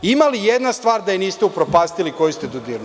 Ima li jedna stvar da je niste upropastili, koju ste dodirnuli?